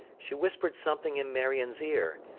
she whispered something in marion's ear,